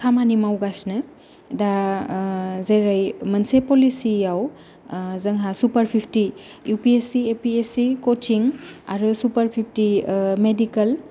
खामानि मावगासिनो दा जेरै मोनसे पलिसिआव जोंहा super fifty U P S C A P S C कसिं आरो सुपार फिप्टि मेडिकेल